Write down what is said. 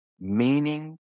meaning